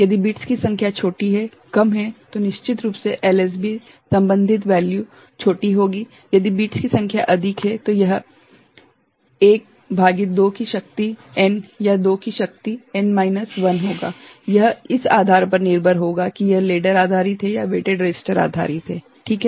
यदि बिट्स की संख्या छोटी है कम है तो निश्चित रूप से एलएसबी संबंधित वेल्यू छोटी होगी यदि बिट्स की संख्या अधिक है तो यह 1 भागित 2 की शक्ति n या 2 की शक्ति n 1 होगा यह इस आधार पर निर्भर होगा कि यह लेडर आधारित है या वेटेड रसिस्टर आधारित है ठीक है